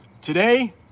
Today